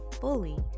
fully